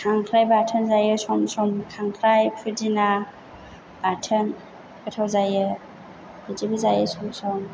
खांख्राय बाथोन जायो सम सम खांख्राय फुदिना बाथोन गोथाव जायो बिदिबो जायो सम सम